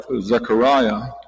Zechariah